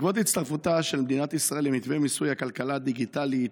בעקבות הצטרפותה של מדינת ישראל למתווה מיסוי הכלכלה הדיגיטלית